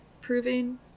proving